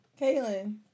Kaylin